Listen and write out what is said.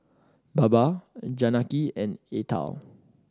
Baba Janaki and Atal